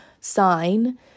sign